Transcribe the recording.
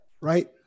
right